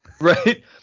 Right